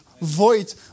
void